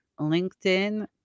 linkedin